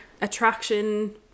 attraction